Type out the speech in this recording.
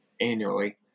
annually